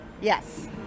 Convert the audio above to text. Yes